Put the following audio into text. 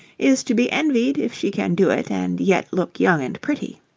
is to be envied if she can do it and yet look young and pretty.